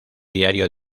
diario